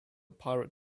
pirate